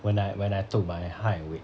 when I when I took my height and weight